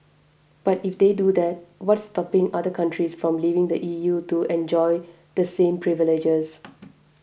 but if they do that what's stopping other countries from leaving the E U to enjoy the same privileges